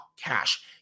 cash